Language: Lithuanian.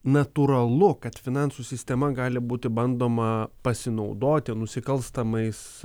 natūralu kad finansų sistema gali būti bandoma pasinaudoti nusikalstamais